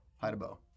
Hide-a-bow